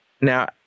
Now